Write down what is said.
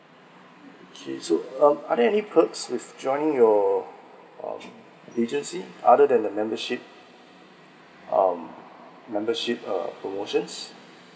okay so um are there any perks with joining your um agency other than the membership um membership uh promotions